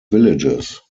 villages